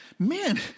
Man